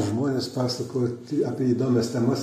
žmones pasakoti apie įdomias temas